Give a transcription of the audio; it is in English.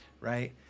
right